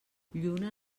lluna